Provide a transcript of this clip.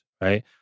right